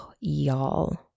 y'all